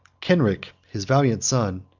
kenric, his valiant son,